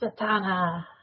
Satana